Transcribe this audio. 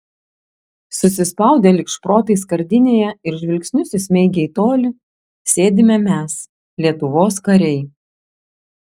susispaudę lyg šprotai skardinėje ir žvilgsnius įsmeigę į tolį sėdime mes lietuvos kariai